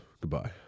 Goodbye